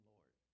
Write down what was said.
Lord